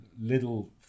little